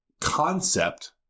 concept